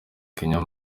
kenya